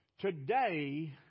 Today